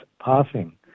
passing